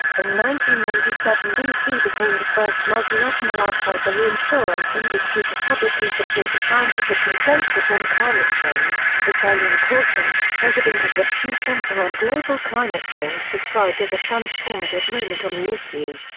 ninety ninety seven bp became the first multinational outside the reinsurance industry to publicly support the scientific consensus on climate change, which eileen caussen, president of the pew center on global climate change described as a transformative moment on the issue.